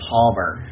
Palmer